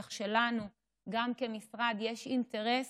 כך שגם לנו כמשרד יש אינטרס